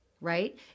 Right